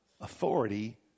authority